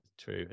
true